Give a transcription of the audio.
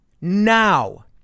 now